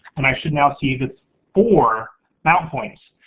and i should now see the four mount points.